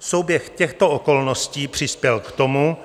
Souběh těchto okolností přispěl k tomu,